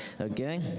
okay